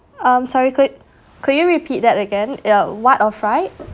um sorry could could you repeat that again yeah what or fried